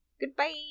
Goodbye